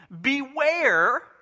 Beware